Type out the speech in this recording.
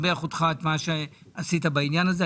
אותך על מה שעשית בעניין הזה.